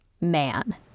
man